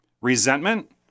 Resentment